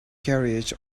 carriage